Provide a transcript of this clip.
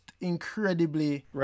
incredibly